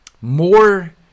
more